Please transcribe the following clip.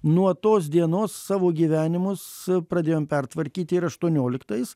nuo tos dienos savo gyvenimus pradėjom pertvarkyti ir aštuonioliktais